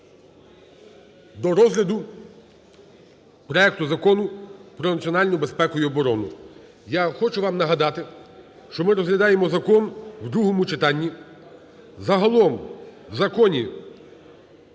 до розгляду проекту Закону про національну безпеку і оборону. Я хочу вам нагадати, що ми розглядаємо закон у другому читанні. Загалом у законі